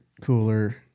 cooler